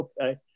Okay